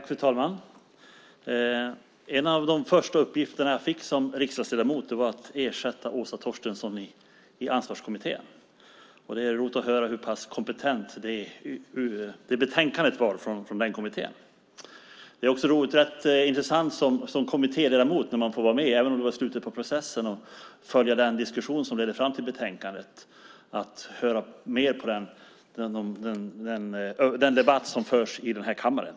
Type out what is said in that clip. Fru talman! En av de första uppgifterna jag fick som riksdagsledamot var att ersätta Åsa Torstensson i Ansvarskommittén. Det är roligt att höra hur kompetent betänkandet från den kommittén var. Som kommittéledamot är det också intressant att få vara med, även om det var i slutet på processen, och följa den diskussion som ledde fram till betänkandet och höra den debatt som förs här i kammaren.